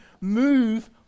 move